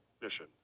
mission